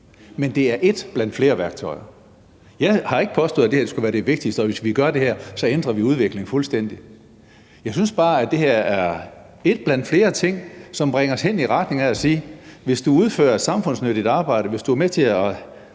Men det er ét blandt flere værktøjer. Jeg har ikke påstået, at det her skulle være det vigtigste, og at hvis vi gør det her, så ændrer vi udviklingen fuldstændig. Jeg synes bare, at det her er én blandt flere ting, som bringer os hen i retning af at sige: Hvis du udfører et samfundsnyttigt arbejde, hvis du er med til at